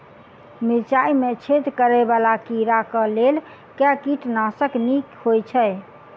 मिर्चाय मे छेद करै वला कीड़ा कऽ लेल केँ कीटनाशक नीक होइ छै?